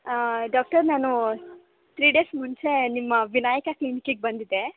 doctor ನಾನು three days ಮುಂಚೆ ನಿಮ್ಮ ವಿನಾಯಕ ಕ್ಲಿನಿಕಿಗೆ ಬಂದಿದ್ದೆ